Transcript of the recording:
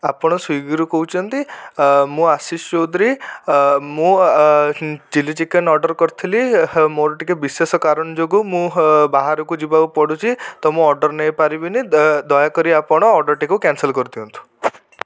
ଆପଣ ସ୍ଵିଗିରୁ କହୁଛନ୍ତି ମୁଁ ଆଶିଷ ଚୌଧରୀ ମୁଁ ଚିଲି ଚିକେନ ଅର୍ଡ଼ର କରିଥିଲି ମୋର ଟିକିଏ ବିଶେଷ କାରଣ ଯୋଗୁଁ ମୁଁ ବାହାରକୁ ଯିବାକୁ ପଡୁଛି ତେଣୁ ମୁଁ ଅର୍ଡ଼ର ନେଇପାରିବିନି ଦୟାକରି ଆପଣ ଅର୍ଡ଼ରଟିକୁ କ୍ୟାନସଲ୍ କରିଦିଅନ୍ତୁ